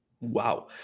Wow